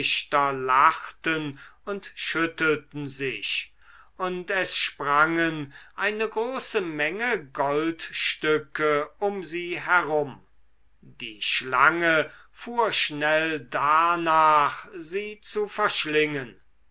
lachten und schüttelten sich und es sprangen eine große menge goldstücke um sie herum die schlange fuhr schnell darnach sie zu verschlingen